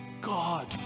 God